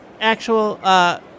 actual